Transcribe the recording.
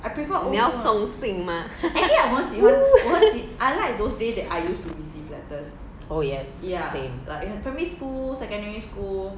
你要送信吗 oo oh yes same